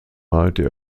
malte